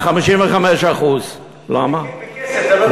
55%. דבר בכסף.